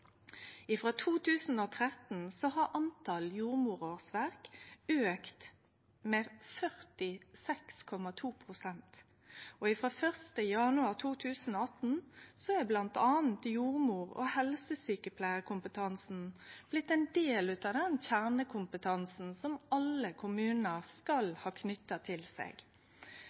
2013 har talet på jordmorårsverk auka med 46,2 pst. Frå 1. januar 2018 er bl.a. jordmor- og helsesjukepleiarkompetansen blitt ein del av den kjernekompetansen som alle kommunar skal ha knytt til seg.